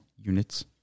units